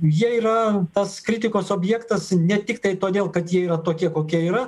jie yra tas kritikos objektas ne tiktai todėl kad jie yra tokie kokie yra